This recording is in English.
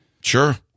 Sure